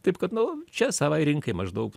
taip kad nu čia savai rinkai maždaug